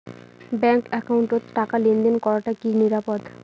Bank একাউন্টত টাকা লেনদেন করাটা কি নিরাপদ?